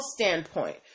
standpoint